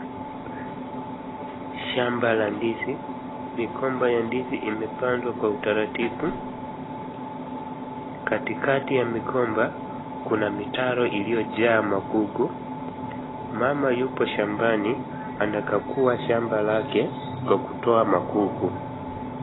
Shamba la ndizi, migomba ya ndizi imepandwa kwa utaratibu. Katikati ya migomba kuna mitaro iliojaa magugu. Mama yupo shambani, anakagua shamba lake kwa kutoa magugu.